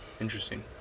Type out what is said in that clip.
Interesting